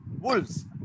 Wolves